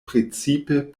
precipe